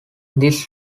this